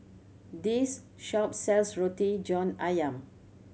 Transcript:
this shop sells Roti John Ayam